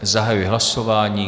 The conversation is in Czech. Zahajuji hlasování.